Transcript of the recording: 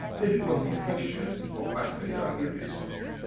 if it was infection or bacteria i'd give you something.